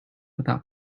without